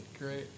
Great